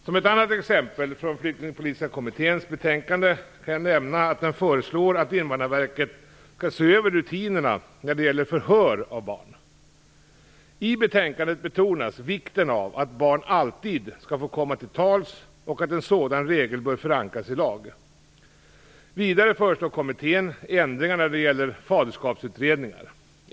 Som ett annat exempel från Flyktingpolitiska kommitténs betänkande kan jag nämna att den föreslår att Invandrarverket skall se över rutinerna när det gäller förhör av barn. I betänkandet betonas vikten av att barn alltid skall få komma till tals och att en sådan regel bör förankras i lag. Vidare föreslår kommittén ändringar när det gäller faderskapsutredningar.